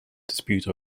dispute